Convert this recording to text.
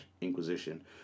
inquisition